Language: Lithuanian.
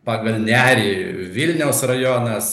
pagal nerį vilniaus rajonas